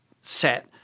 set